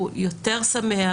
הוא יותר שמח,